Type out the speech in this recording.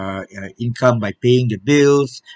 uh uh income by paying the bills